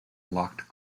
locked